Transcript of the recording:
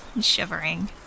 shivering